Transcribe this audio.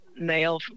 mail